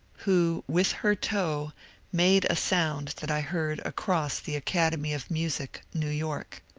who with her toe made a sound that i heard across the academy of music, new york.